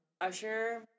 Usher